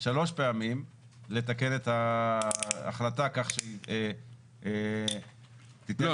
פעמים לתקן את ההחלטה כך שהיא תיתן --- לא,